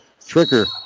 Tricker